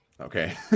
okay